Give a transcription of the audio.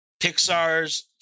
Pixar's